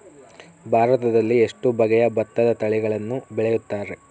ಭಾರತದಲ್ಲಿ ಎಷ್ಟು ಬಗೆಯ ಭತ್ತದ ತಳಿಗಳನ್ನು ಬೆಳೆಯುತ್ತಾರೆ?